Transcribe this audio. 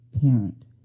parent